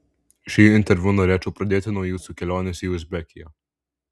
šį interviu norėčiau pradėti nuo jūsų kelionės į uzbekiją